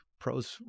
Pros